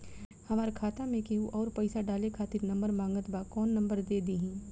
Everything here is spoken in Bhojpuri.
हमार खाता मे केहु आउर पैसा डाले खातिर नंबर मांगत् बा कौन नंबर दे दिही?